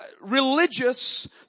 religious